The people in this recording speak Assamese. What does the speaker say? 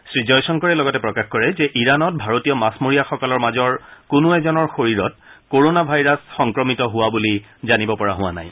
শ্ৰীজয়শংকৰে লগতে প্ৰকাশ কৰে যে ইৰাণত ভাৰতীয় মাছমৰীয়াসকলৰ মাজৰ কোনো এজনৰ শৰীৰত কৰোণা ভাইৰাছ সংক্ৰমিত হোৱা বুলি জানিব পৰা হোৱা নাই